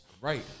Right